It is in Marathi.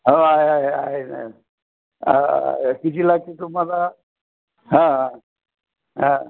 हो आहे आहे आहे हां किती लागते तुम्हाला हां हां